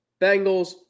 Bengals